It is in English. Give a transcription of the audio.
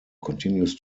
continues